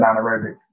anaerobic